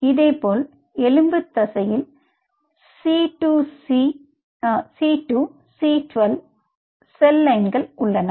இதேபோல் எலும்பு தசையில் சி 2 சி 12 க்கு செல் லைன்கள் உள்ளன